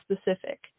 specific